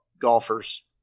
golfers